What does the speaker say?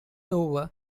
over